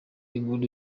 inkuru